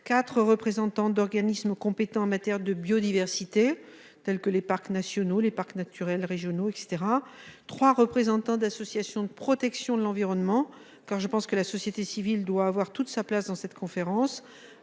4 représentants d'organismes compétents en matière de biodiversité tels que les parcs nationaux, les parcs naturels régionaux etc 3 représentants d'associations de protection de l'environnement. Quand je pense que la société civile doit avoir toute sa place dans cette conférence,